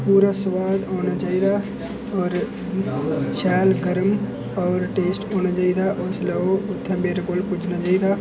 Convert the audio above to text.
पूरा स्वाद औना चाहिदा और शैल गर्म और टेस्ट औना चाहिदा और उसलै ओह् उत्थै मेरे कोल पुज्जना चाहिदा